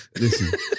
Listen